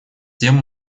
тем